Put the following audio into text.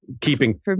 keeping